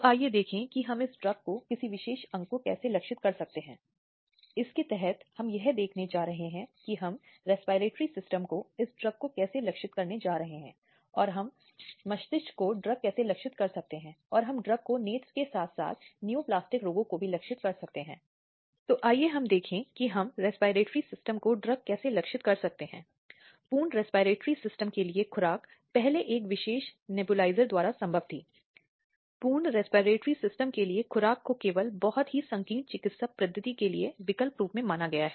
और 2013 के संशोधन में विशेष रूप से ऐसी स्थितियों का ध्यान रखा गया है जहां बलात्कार के परिणामस्वरूप महिला की मौत हो गई या लगातार शिथिल अवस्था में हो ऐसे मामलों में यह बहुत गंभीर रूप में अपराध की ओर जाता है और उच्च दंड को आकर्षित करता है